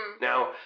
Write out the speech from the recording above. Now